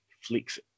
flicks